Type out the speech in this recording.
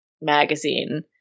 magazine